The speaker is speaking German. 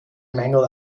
mängel